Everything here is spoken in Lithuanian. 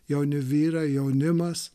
jauni vyrai jaunimas